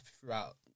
throughout